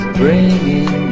bringing